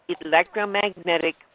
electromagnetic